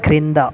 క్రింద